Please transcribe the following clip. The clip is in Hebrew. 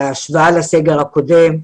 בהשוואה לסגר הקודם,